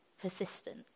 persistent